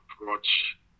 approach